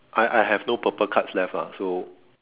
I I have no purple cards left ah so